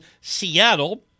Seattle